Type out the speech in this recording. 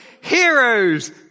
heroes